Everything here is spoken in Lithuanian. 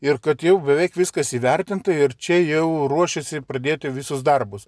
ir kad jau beveik viskas įvertinta ir čia jau ruošiasi pradėti visus darbus